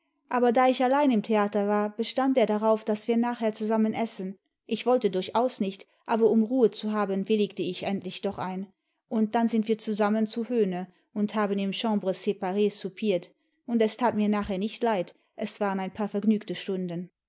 aber da ich allein im theater war bestand er darauf daß wir nachher zusammen essen ich wollte durchaus nicht aber um ruhe zu haben willigte ich endlich doch ein und dann sind wir zusammen zu höhne und haben im chambre spare soupiert und es tat mir nachher nicht leid es waren ein paar vergnügte stunden